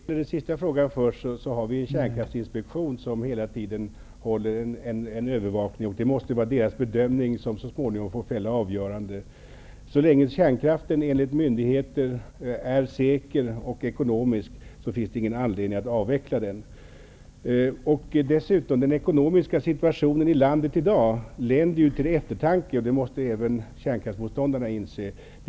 Herr talman! Jag börjar med den sista frågan. Kärnkraftsinspektionen övervakar den här verksamheten, och det måste vara dess bedömning som får fälla avgörandet. Så länge kärnkraften enligt myndigheterna är säker och ekonomisk finns det ingen anledning att avveckla den. Den ekonomiska situationen i landet i dag länder till eftertanke. Det måste även kärnkraftsmotståndarna inse.